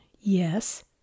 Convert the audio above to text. Yes